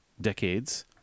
decades